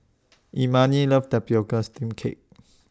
Imani loves The Cake